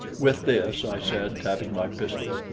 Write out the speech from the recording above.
with this, i said, tapping my pistol,